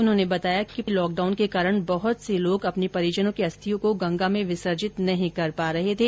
उन्होंने बताया कि लॉकडाउन के कारण बहुत से लोग अपने परिजनों की अस्थियों को गंगा में विसर्जित नहीं कर पा रहे थे